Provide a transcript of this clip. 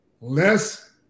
less